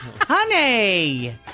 honey